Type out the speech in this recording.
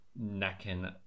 necking